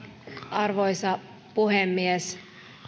arvoisa puhemies